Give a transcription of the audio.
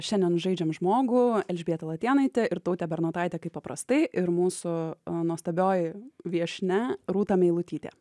šiandien žaidžiam žmogų elžbieta latėnaitė ir tautė bernotaitė kaip paprastai ir mūsų nuostabioji viešnia rūta meilutytė